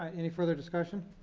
any further discussion?